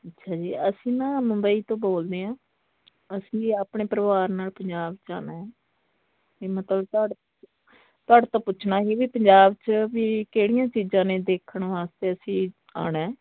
ਅੱਛਿਆ ਜੀ ਅਸੀਂ ਨਾ ਮੁੰਬਈ ਤੋਂ ਬੋਲਦੇ ਹਾਂ ਅਸੀਂ ਆਪਣੇ ਪਰਿਵਾਰ ਨਾਲ ਪੰਜਾਬ 'ਚ ਆਉਣਾ ਹੈ ਅਤੇ ਮਤਲਬ ਤੁਹਾਡੇ ਤੁਹਾਡੇ ਤੋਂ ਪੁੱਛਣਾ ਸੀ ਵੀ ਪੰਜਾਬ 'ਚ ਵੀ ਕਿਹੜੀਆਂ ਚੀਜ਼ਾਂ ਨੇ ਦੇਖਣ ਵਾਸਤੇ ਅਸੀਂ ਆਉਣਾ